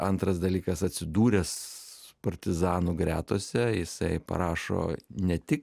antras dalykas atsidūręs partizanų gretose jisai parašo ne tik